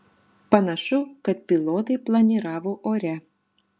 panašu kad pilotai planiravo ore